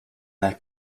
their